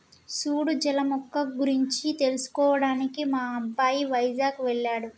సూడు జల మొక్క గురించి తెలుసుకోవడానికి మా అబ్బాయి వైజాగ్ వెళ్ళాడు